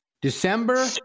December